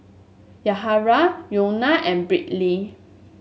Yahaira Wynona and Brittney